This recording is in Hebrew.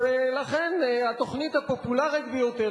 ולכן התוכנית הפופולרית ביותר,